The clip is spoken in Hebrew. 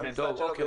בגבעת שאול.